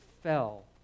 fell